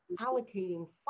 allocating